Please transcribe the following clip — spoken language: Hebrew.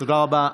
תודה רבה.